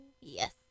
yes